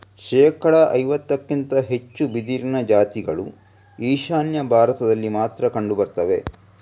ಶೇಕಡಾ ಐವತ್ತಕ್ಕಿಂತ ಹೆಚ್ಚು ಬಿದಿರಿನ ಜಾತಿಗಳು ಈಶಾನ್ಯ ಭಾರತದಲ್ಲಿ ಮಾತ್ರ ಕಂಡು ಬರ್ತವೆ